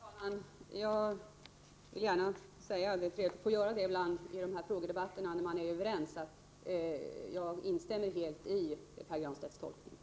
Herr talman! Jag vill gärna säga — och det är trevligt att ibland få göra det i de här frågedebatterna — att jag instämmer helt i Pär Granstedts tolkning.